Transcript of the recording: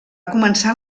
començar